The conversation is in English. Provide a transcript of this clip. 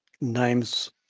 Names